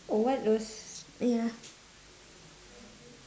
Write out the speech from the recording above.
oh what was yeah